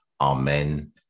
Amen